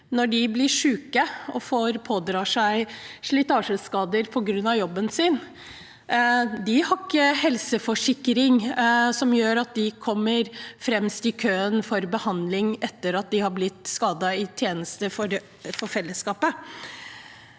mest – blir syke og pådrar seg slitasjeskader på grunn av jobben sin, har de ikke en helseforsikring som gjør at de kommer fremst i køen for behandling, etter at de har blitt skadet i tjeneste for fellesskapet.